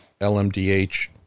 LMDH